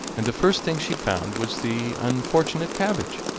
and the first thing she found was the unfortunate cabbage.